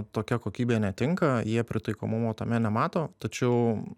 tokia kokybė netinka jie pritaikomumo tame nemato tačiau